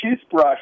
toothbrush